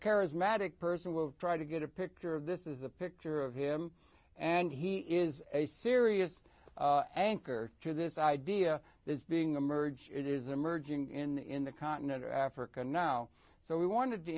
charismatic person will try to get a picture of this is a picture of him and he is a serious anchor to this idea this being a merge it is emerging in the continent of africa now so we wanted to